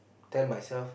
tell myself